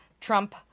Trump